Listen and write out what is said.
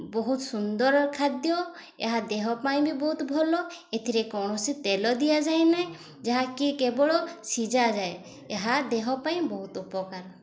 ବହୁତ ସୁନ୍ଦର ଖାଦ୍ୟ ଏହା ଦେହ ପାଇଁ ବି ବହୁତ ଭଲ ଏଥିରେ କୌଣସି ତେଲ ଦିଆଯାଏ ନାହିଁ ଯାହାକି କେବଳ ସିଝାଯାଏ ଏହା ଦେହ ପାଇଁ ବହୁତ ଉପକାର